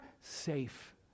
safe